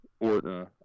Orton